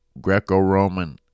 Greco-Roman